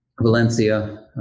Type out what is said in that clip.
Valencia